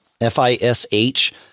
F-I-S-H